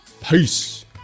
Peace